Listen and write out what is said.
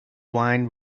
wine